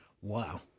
Wow